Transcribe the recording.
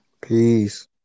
Peace